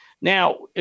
Now